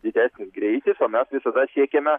didesnis greitis o mes visada siekiame